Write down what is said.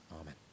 amen